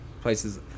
places